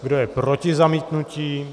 Kdo je proti zamítnutí?